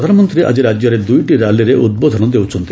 ପ୍ରଧାନମନ୍ତ୍ରୀ ଆଜି ରାଜ୍ୟରେ ଦୁଇଟି ର୍ୟାଲିରେ ଉଦ୍ବୋଧନ ଦେଉଛନ୍ତି